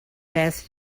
passed